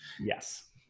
Yes